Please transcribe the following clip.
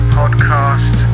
podcast